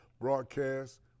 Broadcast